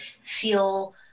feel